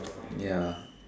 ya